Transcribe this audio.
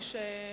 כי